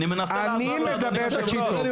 אני מדבר על --- אני מנסה לעזור לחבר הכנסת.